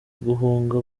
guhunga